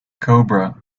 cobra